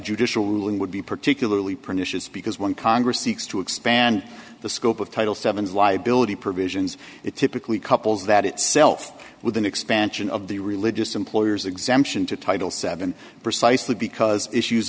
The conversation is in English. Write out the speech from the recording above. judicial ruling would be particularly pernicious because when congress seeks to expand the scope of title seven is liability provisions it typically couples that itself with an expansion of the religious employers exemption to title seven precisely because issues